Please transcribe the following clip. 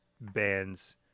bands